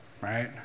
right